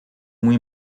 muy